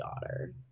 daughter